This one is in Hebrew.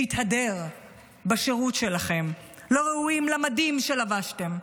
להתהדר בשירות שלכם, לא ראויים למדים שלבשתם.